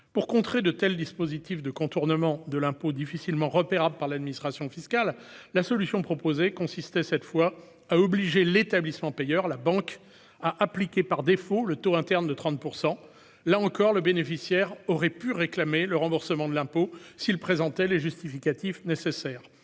Pour contrer de tels dispositifs de contournement de l'impôt difficilement repérables par l'administration fiscale, la solution proposée consistait cette fois à obliger l'établissement payeur- la banque -à appliquer par défaut le taux interne de 30 %. Là encore, le bénéficiaire aurait pu réclamer le remboursement de l'impôt s'il présentait les justificatifs nécessaires.